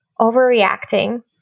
overreacting